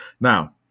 Now